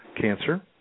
Cancer